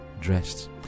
dressed